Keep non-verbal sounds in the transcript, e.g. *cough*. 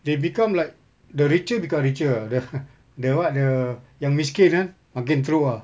they become like the richer become richer the *laughs* the what the yang miskin eh makin teruk ah